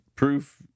proof